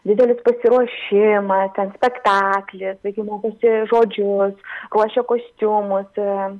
didelis pasiruošimas ten spektaklis vaikai mokosi žodžius ruošia kostiumus